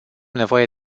nevoie